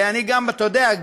ואתה יודע,